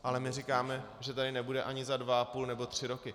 Ale my říkáme, že tady nebude ani za dva a půl roku nebo tři roky.